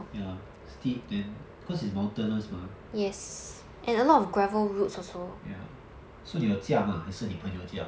ya steep then cause its mountainous mah ya so 你有驾吗还是你的朋友驾